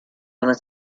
votre